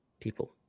people